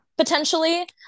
Potentially